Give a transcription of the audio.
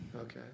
Okay